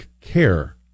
care